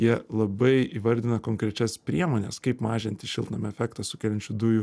jie labai įvardina konkrečias priemones kaip mažinti šiltnamio efektą sukeliančių dujų